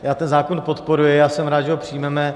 Já ten zákon podporuji, jsem rád, že ho přijmeme.